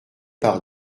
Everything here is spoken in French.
par